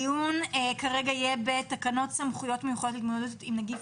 הדיון יהיה בתקנות סמכויות מיוחדות להתמודדות עם נגיף